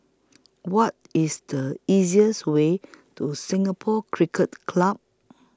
What IS The easiest Way to Singapore Cricket Club